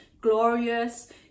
glorious